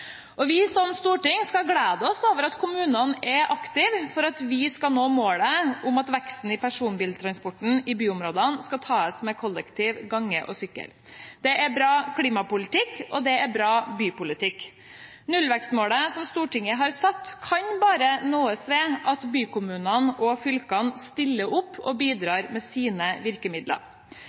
region. Vi som storting skal glede oss over at kommunene er aktive for at vi skal nå målet om at veksten i personbiltransporten i byområdene skal tas med kollektiv, gange og sykkel. Det er bra klimapolitikk, og det er bra bypolitikk. Nullvekstmålet som Stortinget har satt, kan bare nås ved at bykommunene og fylkene stiller opp og bidrar med sine virkemidler.